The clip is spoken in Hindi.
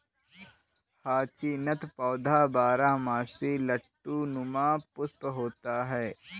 हाचीनथ पौधा बारहमासी लट्टू नुमा पुष्प होता है